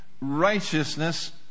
righteousness